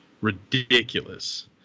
ridiculous